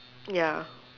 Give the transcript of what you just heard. ya